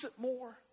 more